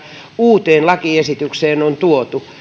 uuteen lakiesitykseen on tuotu